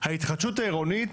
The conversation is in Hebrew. ההתחדשות העירונית